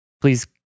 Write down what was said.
please